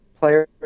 players